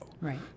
Right